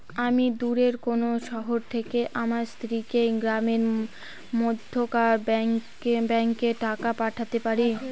আমি দূরের কোনো শহর থেকে আমার স্ত্রীকে গ্রামের মধ্যেকার ব্যাংকে টাকা পাঠাতে পারি?